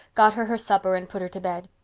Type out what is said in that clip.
got her her supper and put her to bed.